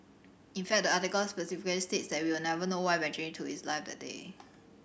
in fact the article specifically states that we will never know why Benjamin took his life that day